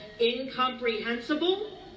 incomprehensible